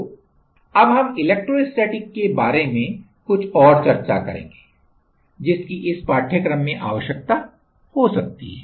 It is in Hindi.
तो अब हम इलेक्ट्रोस्टैटिक्स के बारे में कुछ और चर्चा करेंगे जिसकी इस पाठ्यक्रम में आवश्यकता हो सकती है